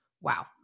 wow